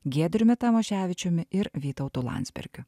giedriumi tamoševičiumi ir vytautu landsbergiu